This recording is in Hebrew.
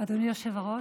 אדוני היושב-ראש,